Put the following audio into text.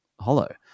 hollow